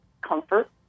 comfort